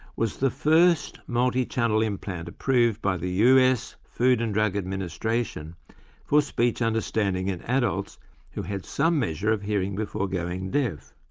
was the first multi-channel implant approved by the us food and drug administration for speech understanding in adults who had some measure of hearing before going deaf.